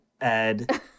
ed